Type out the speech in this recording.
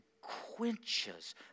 quenches